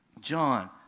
John